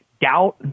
Doubt